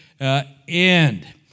End